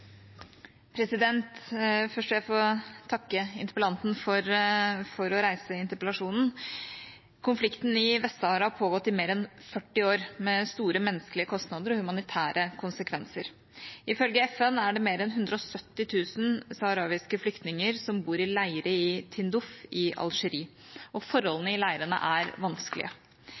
kommer. Først vil jeg få takke interpellanten for å reise interpellasjonen. Konflikten i Vest-Sahara har pågått i mer enn 40 år, med store menneskelige kostnader og humanitære konsekvenser. Ifølge FN er det mer enn 170 000 saharawiske flyktninger som bor i leirer i Tindouf i Algerie, og forholdene i leirene er vanskelige.